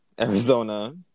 Arizona